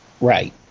Right